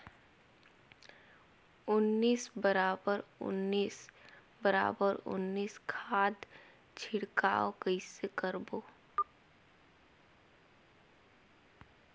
उन्नीस बराबर उन्नीस बराबर उन्नीस खाद छिड़काव कइसे करबो?